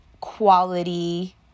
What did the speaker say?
quality